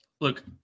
look